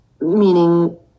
meaning